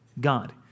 God